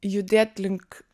judėt link